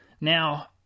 Now